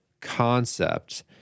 concept